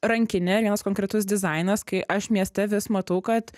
rankinė vienas konkretus dizainas kai aš mieste vis matau kad